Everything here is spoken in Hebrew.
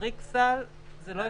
כחריג סל זה לא אפשרי.